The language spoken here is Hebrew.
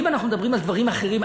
אם אנחנו מדברים על דברים אחרים,